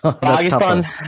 Pakistan